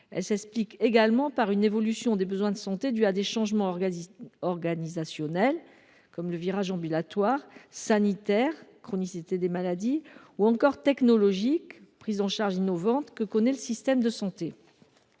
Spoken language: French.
Elle s’explique également par une évolution des besoins de santé dus à des changements organisationnels, comme le virage ambulatoire, sanitaires, comme la chronicité des maladies, ou encore technologiques, comme les prises en charge innovantes, que connaît le système de santé.